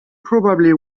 probably